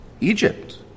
Egypt